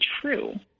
true